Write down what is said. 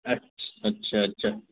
अच अच्छा अच्छा